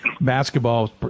basketball